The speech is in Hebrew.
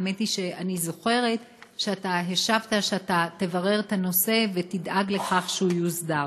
האמת היא שאני זוכרת שאתה השבת שתברר את הנושא ותדאג לכך שהוא יוסדר,